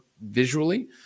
visually